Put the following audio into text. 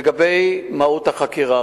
לגבי מהות החקירה,